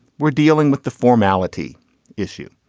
we're dealing with the formality issue.